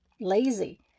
lazy